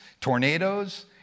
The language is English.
tornadoes